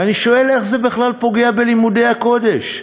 ואני שואל: איך זה בכלל פוגע בלימודי הקודש?